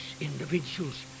individuals